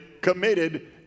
committed